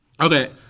Okay